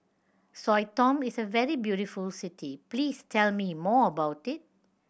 Sao Tome is a very beautiful city please tell me more about it